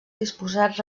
disposats